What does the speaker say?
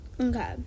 Okay